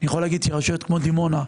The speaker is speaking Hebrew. אני יכול להגיד שרשויות כמו דימונה,